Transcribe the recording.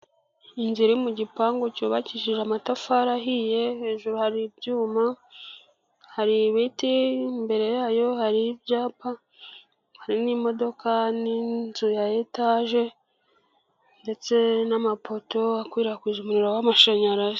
Inzu iri mu gipangu cyubakishije amatafari ahiye, hejuru hari ibyuma, hari ibiti mbere yayo hari ibyapa, hari n'imodoka n'inzu ya etaje ndetse n'amapoto akwirakwiza umuriro w'amashanyarazi.